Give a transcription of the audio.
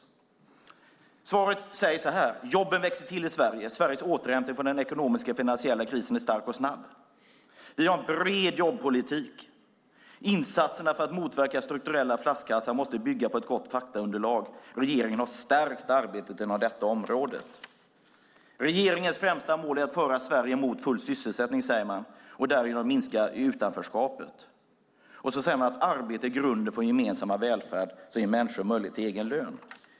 I svaret sägs det så här: Jobben växer till i Sverige. Sveriges återhämtning från den ekonomiska och finansiella krisen är stark och snabb. Vi har en bred jobbpolitik. Insatserna för att motverka strukturella flaskhalsar måste bygga på ett gott faktaunderlag. Regeringen har stärkt arbetet inom detta område. Regeringens främsta mål är att föra Sverige mot full sysselsättning och därigenom minska utanförskapet. Så säger man att arbete är grunden för vår gemensamma välfärd och ger människor möjlighet till egen lön.